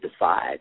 decide